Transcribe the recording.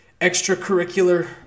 extracurricular